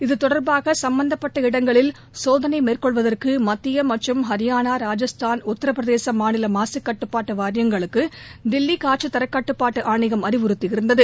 இது தொடர்பாக சம்பந்தப்பட்ட இடங்களில் சோதனை மேற்கொள்வதற்கு மத்திய மற்றும் ஹரியானா ராஜஸ்தான் உத்தரப்பிரதேச மாநில மாசுக்கட்டுப்பாட்டு வாரியங்களுக்கு தில்லி காற்று தரக்கட்டுப்பாட்டு ஆணையம் அறிவுறுத்தியிருந்தது